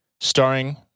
Starring